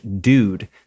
dude